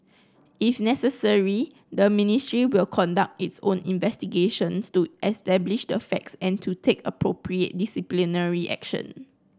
if necessary the ministry will conduct its own investigations to establish the facts and to take appropriate disciplinary action